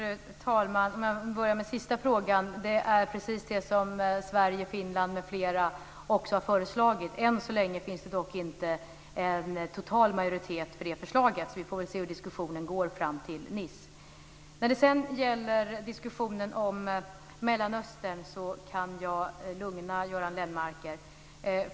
Fru talman! Jag börjar med den sista frågan. Det är precis det här som Sverige, Finland m.fl. också har föreslagit. Än så länge finns det dock inte en total majoritet för det förslaget. Så vi får väl se hur diskussionen går fram till mötet i Nice. När det sedan gäller diskussionen om Mellanöstern kan jag lugna Göran Lennmarker.